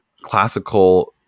classical